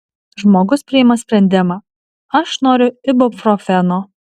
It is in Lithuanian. žmogus priima sprendimą aš noriu ibuprofeno